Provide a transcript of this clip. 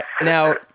Now